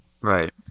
Right